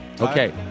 Okay